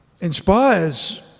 inspires